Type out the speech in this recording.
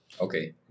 okay